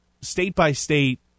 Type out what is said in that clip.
state-by-state